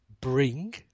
bring